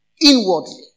inwardly